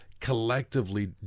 collectively